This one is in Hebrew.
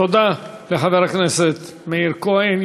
תודה לחבר הכנסת מאיר כהן.